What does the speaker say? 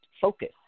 Focus